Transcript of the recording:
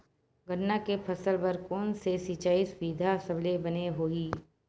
गन्ना के फसल बर कोन से सिचाई सुविधा सबले बने होही?